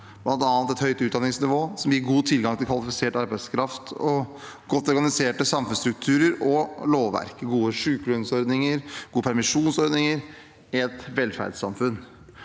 bl.a. et høyt utdanningsnivå som gir god tilgang til kvalifisert arbeidskraft, godt organiserte samfunnsstrukturer, lovverk, gode sykelønnsordninger og gode permisjonsordninger i et velferdssamfunn.